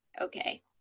okay